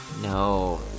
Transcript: no